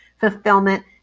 fulfillment